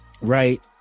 right